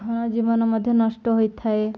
ଧନ ଜୀବନ ମଧ୍ୟ ନଷ୍ଟ ହୋଇଥାଏ